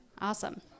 Awesome